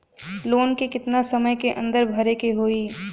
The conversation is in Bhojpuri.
लोन के कितना समय के अंदर भरे के होई?